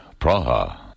Praha